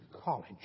College